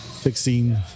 fixing